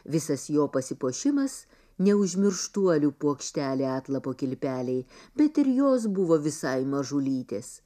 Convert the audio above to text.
visas jo pasipuošimas neužmirštuolių puokštelė atlapo kilpelėj bet ir jos buvo visai mažulytės